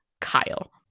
Kyle